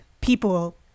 people